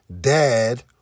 dad